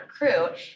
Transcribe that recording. recruit